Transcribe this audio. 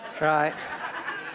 Right